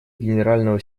генерального